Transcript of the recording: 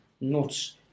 nuts